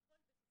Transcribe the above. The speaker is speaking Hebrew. וכל בית ספר,